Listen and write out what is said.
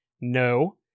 No